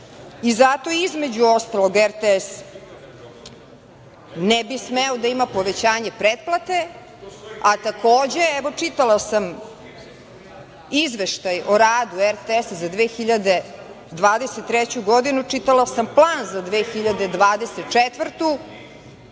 zato, između ostalog, RTS ne bi smeo da ima povećanje pretplate, a takođe, evo, čitala sam Izveštaj o radu RTS-a za 2023. godinu, čitala sam Plan za 2024. godinu,